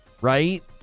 right